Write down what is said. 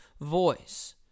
voice